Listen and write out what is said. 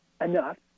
Enough